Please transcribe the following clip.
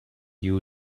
you